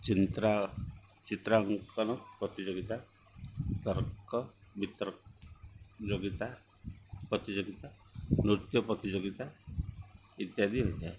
ଚିତ୍ରାଙ୍କନ ପ୍ରତିଯୋଗିତା ତର୍କବିତର୍କ ର୍ଯୋଗିତା ପ୍ରତିଯୋଗିତା ନୃତ୍ୟ ପ୍ରତିଯୋଗିତା ଇତ୍ୟାଦି ହୋଇଥାଏ